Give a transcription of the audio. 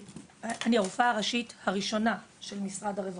אני הרופאה הראשית הראשונה של משרד הרווחה,